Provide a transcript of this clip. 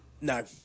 No